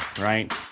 right